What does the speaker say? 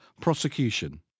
prosecution